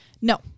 No